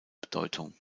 bedeutung